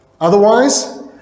Otherwise